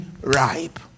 ripe